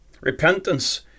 Repentance